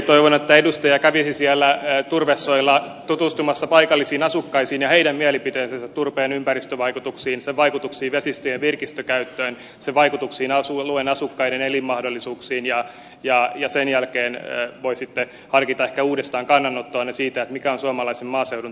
toivon että edustaja kävisi siellä turvesoilla tutustumassa paikallisiin asukkaisiin ja heidän mielipiteisiinsä turpeen ympäristövaikutuksiin sen vaikutuksiin vesistö ja virkistyskäyttöön sen vaikutuksiin alueen asukkaiden elinmahdollisuuksiin ja sen jälkeen sitten harkitsisi ehkä uudestaan kannanottoaan siitä mikä on suomalaisen maaseudun tulevaisuus